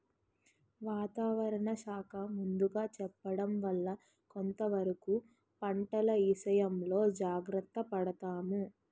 వాతావరణ శాఖ ముందుగా చెప్పడం వల్ల కొంతవరకు పంటల ఇసయంలో జాగర్త పడతాము